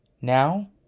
Now